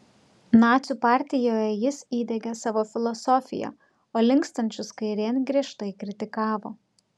nacių partijoje jis įdiegė savo filosofiją o linkstančius kairėn griežtai kritikavo